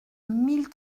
mille